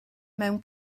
mewn